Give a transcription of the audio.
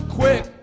quick